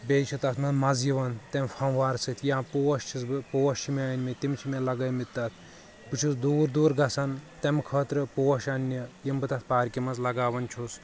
بییٚہِ چھِ تتھ منٛز مزٕ یِوان تیٚمہِ فووار سۭتۍ یا پوش چھُس بہٕ پوش چھِ مےٚ أنمٕتۍ تِم چھِ مےٚ لگٲے مٕتۍ تتھ بہٕ چھُس دوٗر دوٗر گژھان تمہِ خٲطرٕ پوش اننہِ یِم بہٕ تتھ پارکہِ منٛز لگاوان چھُس